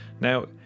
Now